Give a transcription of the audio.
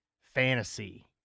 fantasy